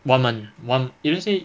one month one if let's say